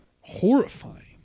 horrifying